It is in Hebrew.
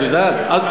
את יודעת?